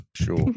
Sure